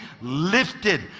lifted